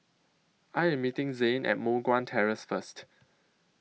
I Am meeting Zane At Moh Guan Terrace First